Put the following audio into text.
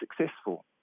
successful